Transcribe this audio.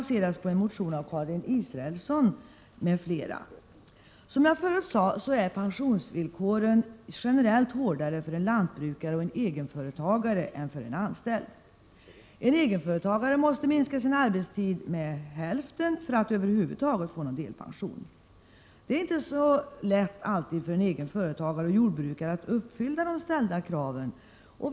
Som jag förut sade är pensionsvillkoren generellt sätt hårdare för lantbrukare och egenföretagare än för anställda. En egenföretagare måste minska sin arbetstid med hälften för att över huvud taget få någon delpension. Det är inte heller alltid så lätt för en egenföretagare eller en jordbrukare att uppfylla de krav som ställs.